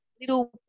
little